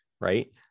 right